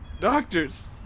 Doctors